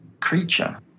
creature